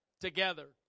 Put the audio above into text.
together